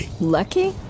Lucky